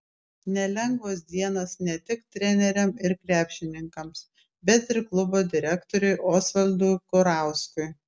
nelengvos dienos ne tik treneriams ir krepšininkams bet ir klubo direktoriui osvaldui kurauskui